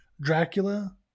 Dracula